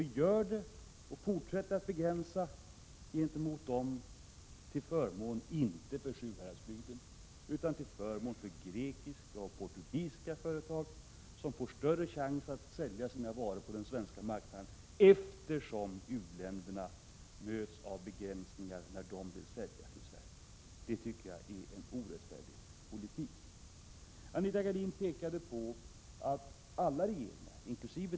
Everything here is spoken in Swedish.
Vi fortsätter med denna begränsning gentemot uländerna, inte till förmån för Sjuhäradsbygden, utan till förmån för grekiska och portugisiska företag, som därigenom får större chans att sälja sina varor på den svenska marknaden. Det tycker jag är en orättfärdig politik. Anita Gradin framhöll att alla regeringar, inkl.